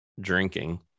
drinking